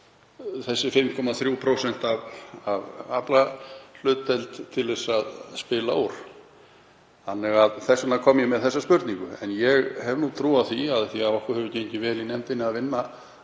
þessi 5,3% af aflahlutdeild til að spila úr. Þess vegna kom ég með þessa spurningu. En ég hef trú á því, af því að okkur hefur gengið vel í nefndinni að vinna